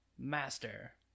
master